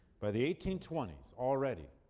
by the eighteen twenty s, already,